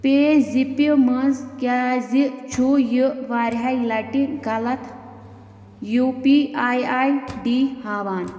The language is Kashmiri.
پے زِپہِ منٛز کیٛازِ چھُ یہِ وارِیاہَے لَٹہِ غلط U P I I D ہاوان